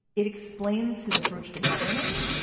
it explains his approach to governing.